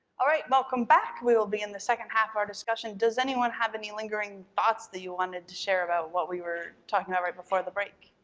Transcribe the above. alright, welcome back. we will begin the second half of our discussion. does anyone have any lingering thoughts that you wanted to share about what we were talking about right before the break?